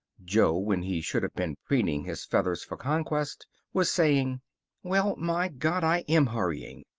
jo, when he should have been preening his feathers for conquest, was saying well, my god, i am hurrying!